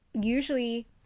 usually